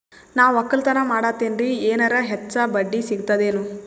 ನಾ ಒಕ್ಕಲತನ ಮಾಡತೆನ್ರಿ ಎನೆರ ಹೆಚ್ಚ ಬಡ್ಡಿ ಸಿಗತದೇನು?